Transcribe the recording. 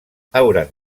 hauran